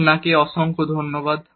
আপনাকে অনেক ধন্যবাদ